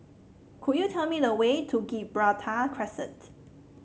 could you tell me the way to Gibraltar Crescent